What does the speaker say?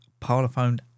parlophone